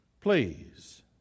Please